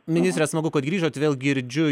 ministre smagu kad grįžot vėl girdžiu